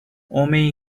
homem